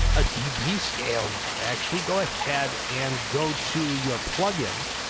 a tb scale you can actually go ahead and go too your pluggers and